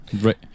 Right